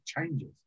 changes